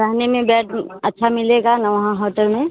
रहने में बेड अच्छा मिलेगा ना वहाँ होटल में